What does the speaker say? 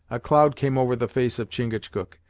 a cloud came over the face of chingachgook,